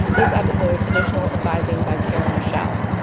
this episode, additional adivisting by karen michel.